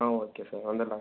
ஆ okay sir வந்துரலாம் sir